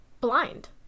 blind